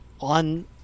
on